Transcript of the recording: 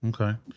Okay